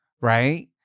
right